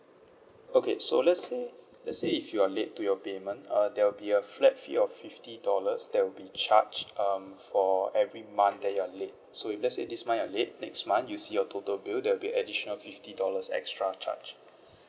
okay so let's say let's say if you are late to your payment uh there will be a flat fee of fifty dollars that will be charged um for every month that you are late so if let's say this month you are late next month you see your total bill there will be additional fifty dollars extra charge